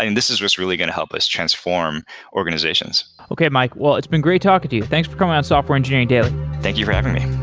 and this is just really going to help us transform organizations. okay mike. well, it's been great talking to you. thanks for coming on software engineering daily thank you for having me